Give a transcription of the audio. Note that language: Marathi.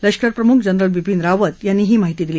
लष्करप्रमुख जनरल बिपीन रावत यांनी ही माहिती दिली